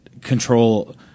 control –